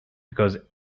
because